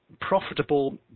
profitable